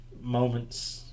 moments